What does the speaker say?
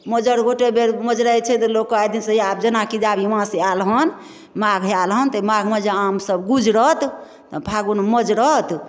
मजर गोटे बेर मजरै छै तऽ लोकके आइ दिनसँ इएह आब जेनाकि जे आब ई मास आयल हँ माघ आयलहँ तऽ अइ माघमे जे आम सब गुजरत तऽ फागुन मजरत